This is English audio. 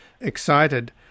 excited